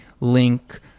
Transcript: link